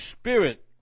Spirit